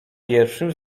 pierwszym